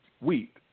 wheat